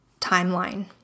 timeline